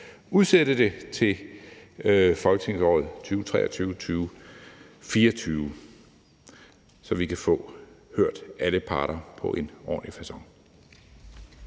udsætte det til folketingsåret 2023-24, så vi kan få hørt alle parter på en ordentlig facon.